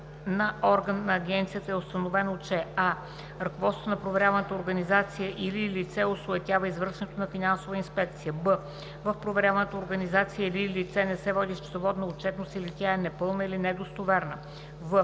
на орган на агенцията е установено, че: а) ръководството на проверяваната организация или лице осуетява извършването на финансова инспекция; б) в проверяваната организация или лице не се води счетоводна отчетност или тя е непълна или недостоверна; в)